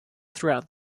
throughout